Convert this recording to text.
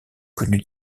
connus